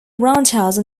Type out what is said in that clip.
roundhouse